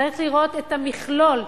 צריך לראות את המכלול,